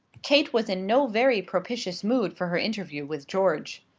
kate was in no very propitious mood for her interview with george.